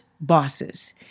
bosses